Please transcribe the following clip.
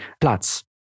Platz